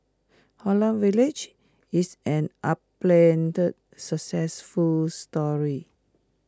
Holland village is an unplanned successful story